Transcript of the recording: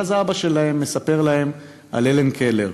ואז האבא שלהם מספר להם על הלן קלר,